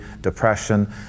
depression